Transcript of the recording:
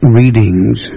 readings